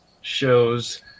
shows